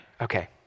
Okay